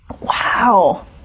Wow